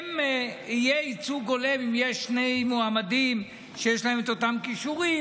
שיהיה ייצוג הולם אם יש שני מועמדים שיש להם אותם כישורים,